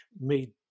made